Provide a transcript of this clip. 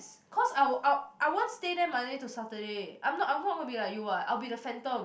cause I would I I won't stay there Monday to Saturday I'm not I'm not gonna be like you what I will be the phantom